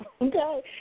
okay